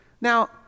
Now